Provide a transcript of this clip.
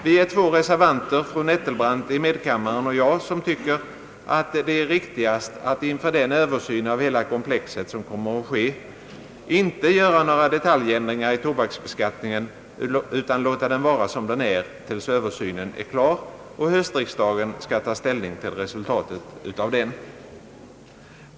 Vi är två reservanter, fru Nettelbrandt i medkammaren och jag, som tycker att det är riktigast att inför den översyn av hela komplexet som kommer att ske inte göra några detaljändringar i tobaksbeskattningen utan låta den vara som den är tills översynen är klar och riksdagen skall ta ställning till resultatet av den.